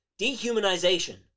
Dehumanization